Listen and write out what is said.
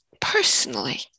personally